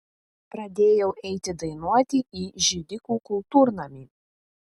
pradėjau eiti dainuoti į židikų kultūrnamį